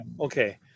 Okay